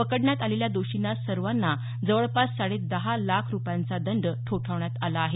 पकडण्यात आलेल्या दोषींना सर्वांना जवळपास साडे दहा लाख रुपयांचा दंड ठोठावण्यात आला आहे